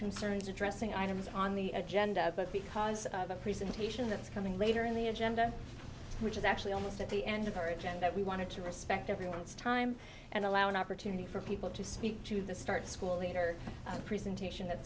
concerns addressing items on the agenda but because the presentation that's coming later in the agenda which is actually almost at the end of origin that we want to respect everyone's time and allow an opportunity for people to speak to the start school later presentation